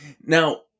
Now